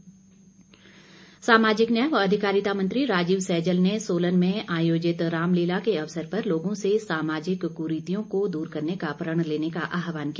सैजल सामाजिक न्याय व अधिकारिता मंत्री राजीव सैजल ने सोलन में आयोजित रामलीला के अवसर पर लोगों से सामाजिक कुरीतियों को दूर करने का प्रण लेने का आह्वान किया